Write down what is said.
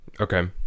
Okay